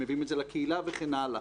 שמביאים את זה לקהילה וכן הלאה